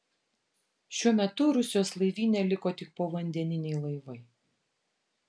šiuo metu rusijos laivyne liko tik povandeniniai laivai